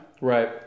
Right